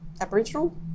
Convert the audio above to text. Aboriginal